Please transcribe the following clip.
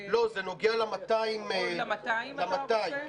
לא, זה נוגע ל-200 --- ל-200 אתה רוצה?